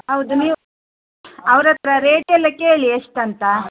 ಹೌದು ನೀವು ಅವ್ರ ಹತ್ತಿರ ರೇಟೆಲ್ಲ ಕೇಳಿ ಎಷ್ಟೂಂತ